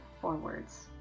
forwards